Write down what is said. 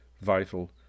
vital